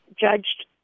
judged